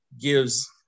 gives